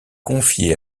confiée